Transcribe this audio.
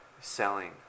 selling